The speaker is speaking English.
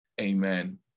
Amen